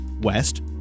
west